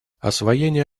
освоение